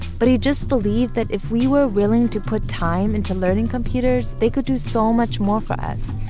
but he just believed that if we were willing to put time into learning computers, they could do so much more for us.